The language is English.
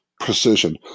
precision